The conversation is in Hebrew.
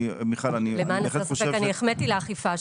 למען האמת אני החמאתי לאכיפה.